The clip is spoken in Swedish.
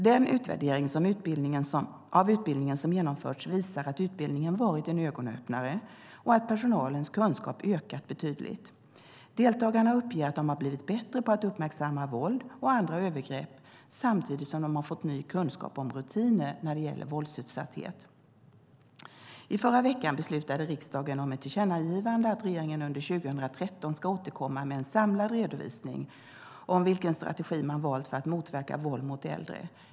Den utvärdering av utbildningen som genomförts visar att utbildningen varit en ögonöppnare och att personalens kunskap ökat betydligt. Deltagarna uppger att de har blivit bättre på att uppmärksamma våld och andra övergrepp samtidigt som de har fått ny kunskap om rutiner när det gäller våldsutsatthet. I förra veckan beslutade riksdagen om ett tillkännagivande, att regeringen under 2013 ska återkomma med en samlad redovisning om vilken strategi man valt för att motverka våld mot äldre.